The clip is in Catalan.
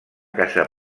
casa